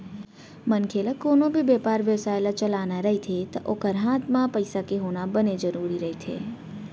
मनखे ल कोनो भी बेपार बेवसाय ल चलाना रहिथे ता ओखर हात म पइसा के होना बने जरुरी रहिथे